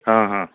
হা হা